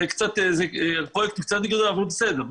הפרויקט קצת --- אבל בסדר.